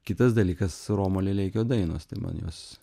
kitas dalykas romo lileikio dainos tai man jos